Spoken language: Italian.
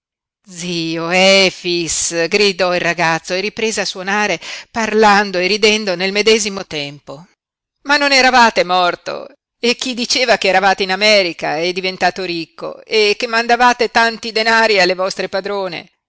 berretto zio efix gridò il ragazzo e riprese a suonare parlando e ridendo nel medesimo tempo ma non eravate morto e chi diceva che eravate in america e diventato ricco e che mandavate tanti denari alle vostre padrone